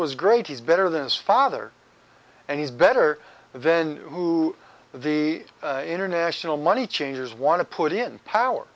was great he's better than his father and he's better then who the international money changers want to put in power